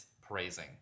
praising